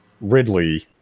Ridley